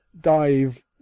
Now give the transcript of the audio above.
dive